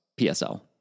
PSL